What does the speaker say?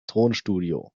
tonstudio